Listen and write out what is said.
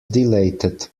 dilated